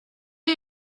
est